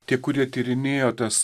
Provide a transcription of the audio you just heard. tie kurie tyrinėjo tas